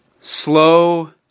Slow